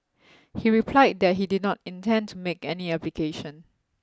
he replied that he did not intend to make any application